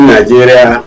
Nigeria